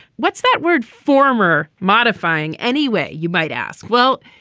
what's that word? former modifying? anyway, you might ask? well,